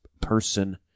person